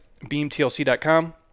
beamtlc.com